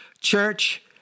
church